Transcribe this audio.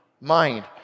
mind